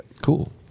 Cool